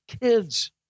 kids